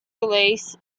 release